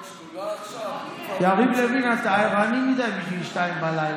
אפשר לעשות ישיבה של השדולה עכשיו?